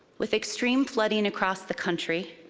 with extreme flooding across the country,